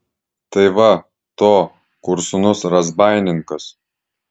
tai va to kur sūnus razbaininkas